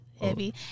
Heavy